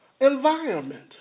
environment